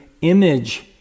image